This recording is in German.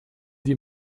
die